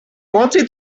wanted